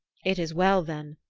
it is well, then,